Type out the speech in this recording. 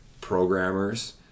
programmers